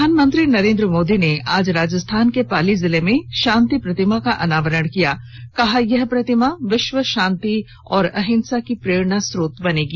प्रधानमंत्री नरेंद्र मोदी ने आज राजस्थान के पाली जिले में शांति प्रतिमा का अनावरण किया कहा यह प्रतिमा विश्व शांति और अहिंसा प्रेरणा स्रोत बनेगी